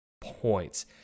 points